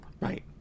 Right